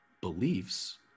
beliefs